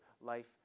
life